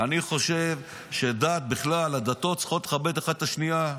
אני חושב שהדתות צריכות לכבד אחת את השנייה,